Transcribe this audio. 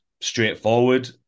straightforward